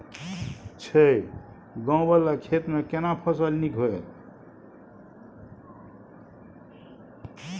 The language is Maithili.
छै ॉंव वाला खेत में केना फसल नीक होयत?